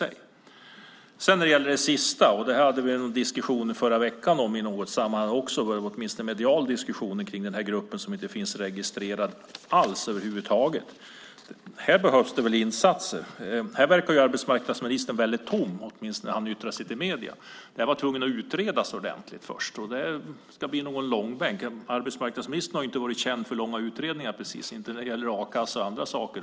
I förra veckan hade vi en diskussion i något sammanhang kring den här gruppen som inte finns registrerad över huvud taget. Här behövs insatser. Arbetsmarknadsministern verkar väldigt tom när det gäller detta, åtminstone gjorde han det när han yttrade sig i medierna. Detta var tvunget att först utredas ordentligt i någon långbänk. Arbetsmarknadsministern har inte precis varit känd för långa utredningar, åtminstone inte när det gäller a-kassa och andra saker.